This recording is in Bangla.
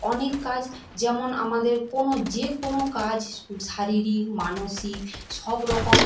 অনেক কাজ যেমন আমাদের কোনো যে কোনো কাজ শারীরিক মানসিক সব রকম